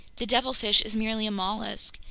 the devilfish is merely a mollusk,